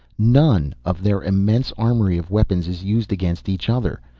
none of their immense armory of weapons is used against each other.